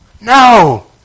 No